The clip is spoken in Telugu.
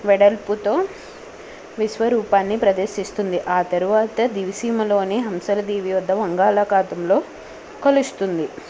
వెడల్పుతో విశ్వ రూపాన్ని ప్రదర్శిస్తుంది ఆ తరువాత దివసీమలోని హంసర దేవ వద్ద బంగాళాఖాతంలో కలుస్తుంది